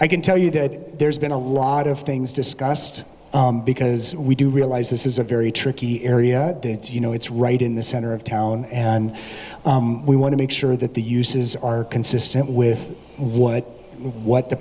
i can tell you that there's been a lot of things discussed because we do realize this is a very tricky area you know it's right in the center of town and we want to make sure that the uses are consistent with what what the